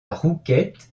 rouquette